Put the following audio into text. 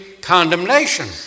condemnation